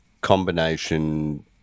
combination